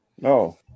No